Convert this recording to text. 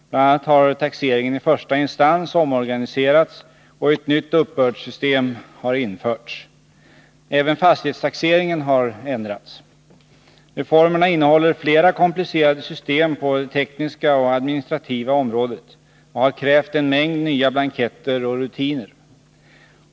Bl. a. har taxeringen i första instans omorganiserats och ett nytt uppbördssystem har införts. Även fastighetstaxeringen har ändrats. Reformerna innehåller flera komplicerade system på det tekniska och administrativa området och har krävt en mängd nya blanketter och rutiner.